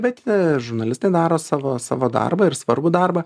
bet tie žurnalistai daro savo savo darbą ir svarbų darbą